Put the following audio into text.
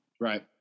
Right